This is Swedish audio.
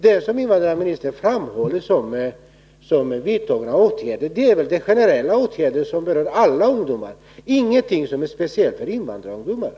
Det som invandrarministern pekar på som vidtagna åtgärder är generella åtgärder som berör alla ungdomar och ingenting som är speciellt för invandrarungdomarna.